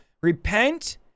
Repent